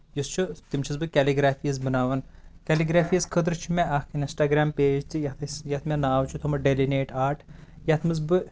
یُس چھُس تِم چھس بہٕ کیلِگریفیٖز بَناوان گیلِگریٖفیٖز خٲطرٕ چھُ مےٚ اکھ اِنسٹا گریم پیج تہِ یَتھ أسۍ یَتھ مےٚ ناو چھُ تھوٚومُت ڈینِلیٹ آٹ یَتھ منٛز بہٕ